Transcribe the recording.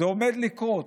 זה עומד לקרות.